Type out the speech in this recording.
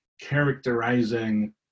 characterizing